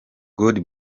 god